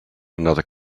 another